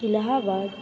Allahabad